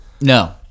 no